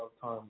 time